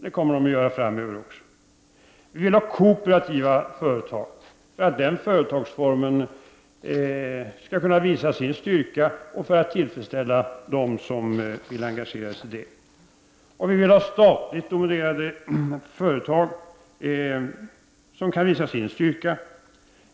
Det kommer de att göra framöver också. Vi vill ha kooperativa företag, för att den företagsformen skall kunna visa sin styrka och för att tillfredsställa dem som vill engagera sig i den. Vi vill också ha statligt dominerade företag som kan visa sin styrka.